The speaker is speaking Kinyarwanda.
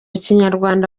kinyarwanda